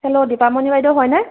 hello Dipamoni বাইদেউ হয়নে